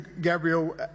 Gabriel